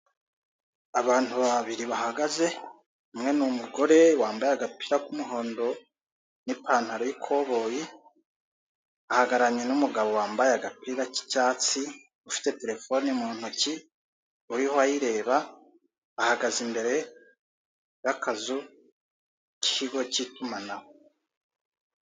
Abantu babiri bahagaze umwe n'umugore wambaye agapira k'umuhondo n'ipantaro y'ikoboyi. Ahagararanye n'umugabo wambaye agapira k'icyatsi ufite telefone mu ntoki, uriho ayireba. Ahagaze imbere y'akazu k'ikigo cy'itumanaho.